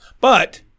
But-